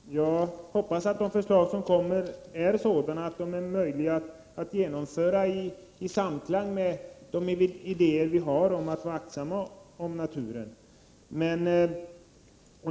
Herr talman! Jag hoppas att de förslag som kommer är sådana att de är möjliga att genomföra i samklang med de idéer vi har om att vara aktsamma om naturen.